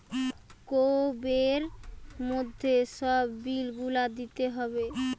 কোবের মধ্যে সব বিল গুলা দিতে হবে